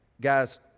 Guys